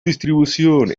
distribución